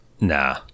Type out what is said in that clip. Nah